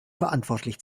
verantwortlich